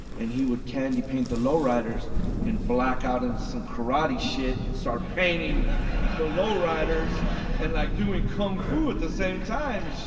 and he would candy paint the lowriders and black out on some karate shit and start painting the lowriders and like doing kung fu at the same time